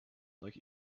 like